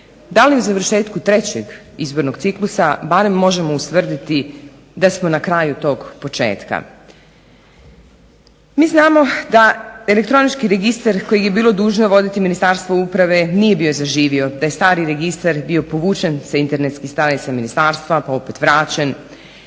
… završetku trećeg izbornog ciklus barem možemo ustvrditi da smo na kraju tog početka. Mi znamo da elektronički registar koje je bilo dužno voditi Ministarstvo uprave nije bio zaživio. Taj stari registar bio je povučen sa internetskih stranica ministarstva pa opet vraćen